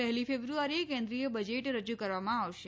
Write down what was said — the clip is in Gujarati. પહેલી ફેબ્રુઆરીએ કેન્દ્રીય બજેટ રજૂ કરવામાં આવશે